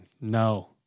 No